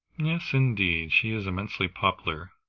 yes indeed, she is immensely popular.